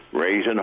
raising